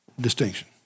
distinction